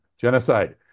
genocide